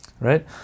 right